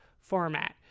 format